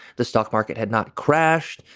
the stock market had not crashed.